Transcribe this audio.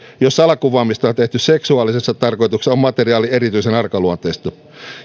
jos salakuvaamista on tehty seksuaalisessa tarkoituksessa on materiaali erityisen arkaluonteista